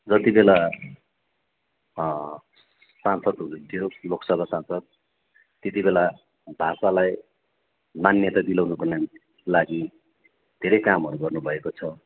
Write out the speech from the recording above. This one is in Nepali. जति बेला सांसद हुनुहुन्थ्यो लोकसभा सांसद त्यति बेला भाषालाई मान्यता दिलाउनुको निम्ति लागि धेरै कामहरू गर्नुभएको छ